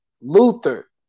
Luther